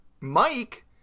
Mike